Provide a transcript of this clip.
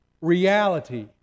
reality